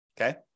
Okay